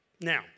Now